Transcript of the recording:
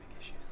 issues